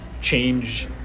change